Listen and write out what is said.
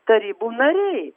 tarybų nariai